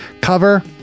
cover